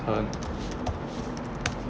turn